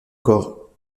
corps